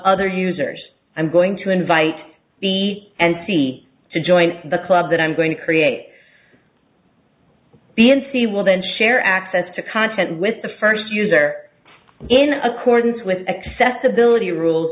other users i'm going to invite b and c to join the club that i'm going to create b and c will then share access to content with the first user in accordance with accessibility rules